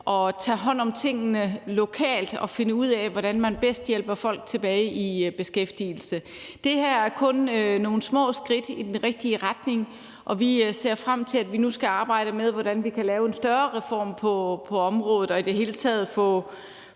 at tage hånd om tingene lokalt og finde ud af, hvordan man bedst hjælper folk tilbage i beskæftigelse. Det her er kun nogle små skridt i den rigtige retning, og vi ser frem til, at vi nu skal arbejde med, hvordan vi kan lave en større reform på området og i det hele taget få